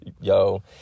yo